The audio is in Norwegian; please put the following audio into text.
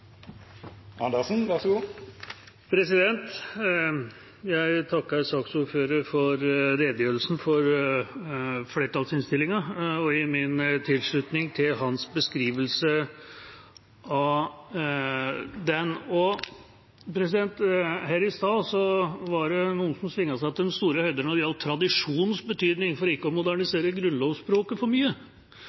redegjørelsen for flertallsinnstillinga og gir min tilslutning til hans beskrivelse av den. Her i stad var det noen som svingte seg til de store høyder når det gjaldt tradisjonens betydning for ikke å modernisere grunnlovsspråket for mye.